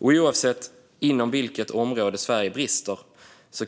Men oavsett inom vilket område Sverige brister